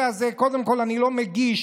קודם כול, אני לא מגיש